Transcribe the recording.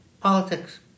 Politics